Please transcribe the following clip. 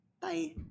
Bye